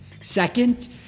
Second